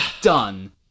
done